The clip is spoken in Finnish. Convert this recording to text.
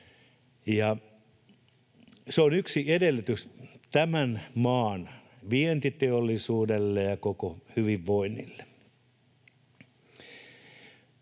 se on yksi edellytys tämän maan vientiteollisuudelle ja koko hyvinvoinnille.